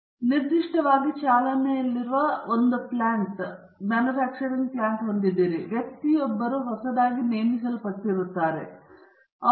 ನೀವು ನಿರ್ದಿಷ್ಟವಾಗಿ ಚಾಲನೆಯಲ್ಲಿರುವ ಸಸ್ಯವನ್ನು ಹೊಂದಿದ್ದೀರಿ ಮತ್ತು ವ್ಯಕ್ತಿಯು ಹೊಸದಾಗಿ ನೇಮಿಸಲ್ಪಟ್ಟ ಸಂಸ್ಥೆಯಿಂದ ಹೊಸದಾಗಿ ನೇಮಕಗೊಳ್ಳುತ್ತಾರೆ